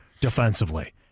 defensively